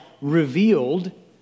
revealed